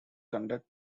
conduct